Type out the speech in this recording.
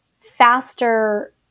faster